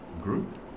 group